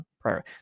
prior